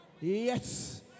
Yes